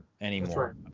anymore